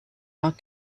not